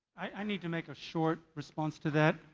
i need to make a short response to that.